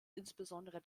insbesondere